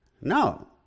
No